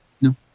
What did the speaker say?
no